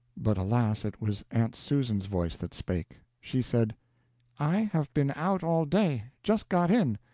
but, alas, it was aunt susan's voice that spake. she said i have been out all day just got in.